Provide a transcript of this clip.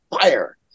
fire